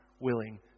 willing